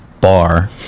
bar